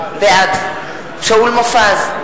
בעד שאול מופז,